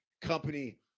company